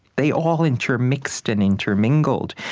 they all intermixed and intermingled.